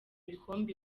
ibikombe